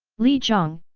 li jong,